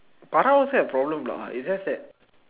Farah also have problem is just that